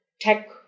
tech